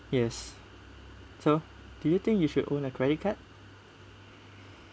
yes so do you think you should own a credit card